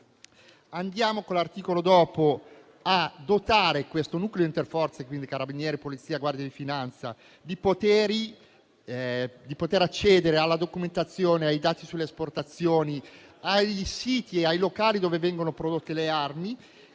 andiamo a dotare questo nucleo interforze (Carabinieri, Polizia e Guardia di finanza) dei poteri di accedere alla documentazione, ai dati sulle esportazioni, ai siti e ai locali dove vengono prodotte le armi.